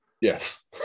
yes